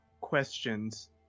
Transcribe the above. questions